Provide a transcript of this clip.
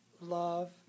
love